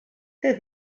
für